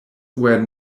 were